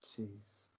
Jeez